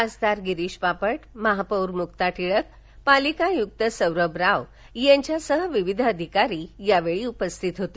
खासदार गिरीश बापट महापौर मुक्ता टिळक पालिका आयुक्त सौरभ राव यांच्यासह विविध अधिकारी यावेळी उपस्थित होते